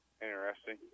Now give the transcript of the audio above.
Interesting